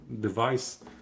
device